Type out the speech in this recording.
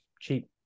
cheap